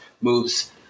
moves